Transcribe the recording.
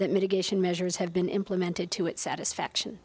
that mitigation measures have been implemented to it satisfaction